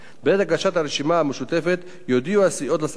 בעת הגשת הרשימה המשותפת יודיעו הסיעות לשר הפנים